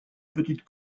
petite